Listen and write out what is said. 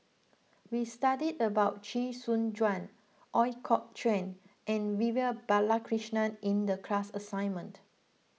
we studied about Chee Soon Juan Ooi Kok Chuen and Vivian Balakrishnan in the class assignment